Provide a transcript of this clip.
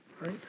Right